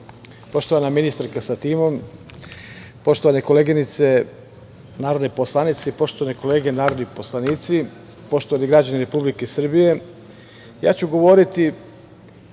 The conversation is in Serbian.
poštovana ministarko sa timom, poštovane koleginice, narodne poslanice, poštovane kolege narodni poslanici, poštovani građani Republike Srbije, ja ću govoriti